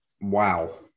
Wow